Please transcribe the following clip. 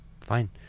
fine